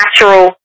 natural